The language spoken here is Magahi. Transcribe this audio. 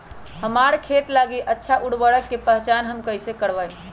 हमार खेत लागी अच्छा उर्वरक के पहचान हम कैसे करवाई?